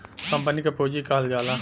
company क पुँजी कहल जाला